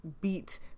beat